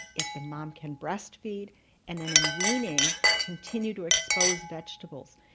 if the mom can breast feed and then in weaning continue to expose vegetables,